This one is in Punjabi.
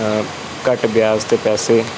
ਘੱਟ ਵਿਆਜ 'ਤੇ ਪੈਸੇ